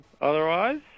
otherwise